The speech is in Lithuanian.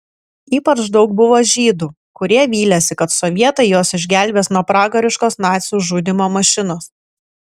ypač daug buvo žydų kurie vylėsi kad sovietai juos išgelbės nuo pragariškos nacių žudymo mašinos